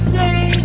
day